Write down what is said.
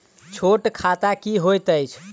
छोट खाता की होइत अछि